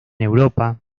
europa